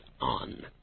on